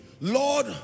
Lord